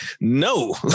no